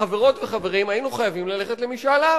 לכן כמעט בטוח שהמשמעות של החוק שאנחנו נאמץ היום היא משאל עם